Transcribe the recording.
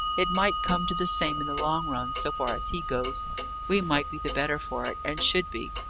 it might come to the same in the long run, so far as he goes we might be the better for it, and should be.